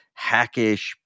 hackish